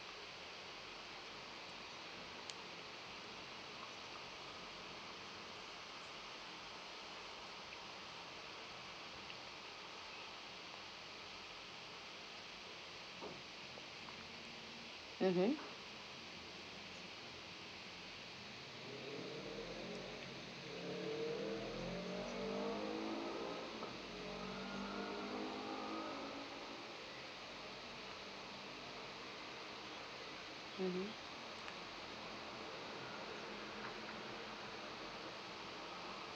mmhmm mmhmm